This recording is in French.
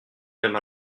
même